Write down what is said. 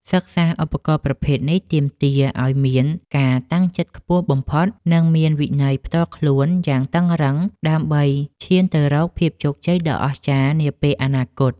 សិក្សាឧបករណ៍ប្រភេទនេះទាមទារឱ្យអ្នកមានការតាំងចិត្តខ្ពស់បំផុត និងមានវិន័យផ្ទាល់ខ្លួនយ៉ាងតឹងរ៉ឹងដើម្បីឈានទៅរកភាពជោគជ័យដ៏អស្ចារ្យនាពេលអនាគត។